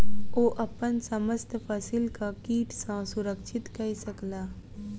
ओ अपन समस्त फसिलक कीट सॅ सुरक्षित कय सकला